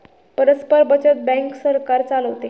परस्पर बचत बँक सरकार चालवते